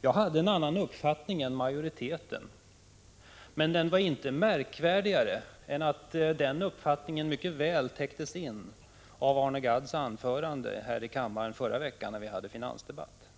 Jag hade en annan uppfattning än majoriteten, men den var inte märkvärdigare än att den uppfattningen mycket väl täcktes in av Arne Gadds anförande här i kammaren förra veckan när vi hade finansdebatt.